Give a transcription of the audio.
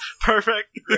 Perfect